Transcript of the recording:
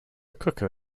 cooker